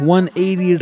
180